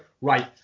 right